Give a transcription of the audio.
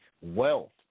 wealth